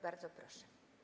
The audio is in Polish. Bardzo proszę.